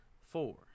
Four